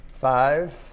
Five